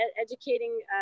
educating